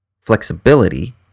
flexibility